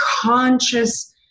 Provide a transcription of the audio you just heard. conscious